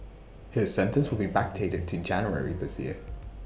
his sentence will be backdated to January this year